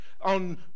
On